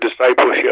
discipleship